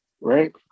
right